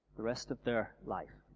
the rest of their life.